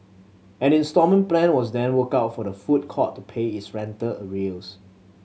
an instalment plan was then worked out for the food court to pay its rental arrears